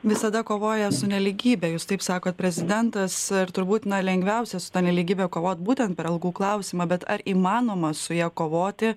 visada kovoja su nelygybe jūs taip sakot prezidentas ir turbūt lengviausia su ta nelygybe kovot būtent per algų klausimą bet ar įmanoma su ja kovoti